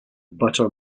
butter